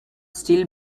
still